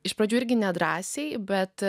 iš pradžių irgi nedrąsiai bet